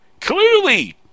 Clearly